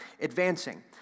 advancing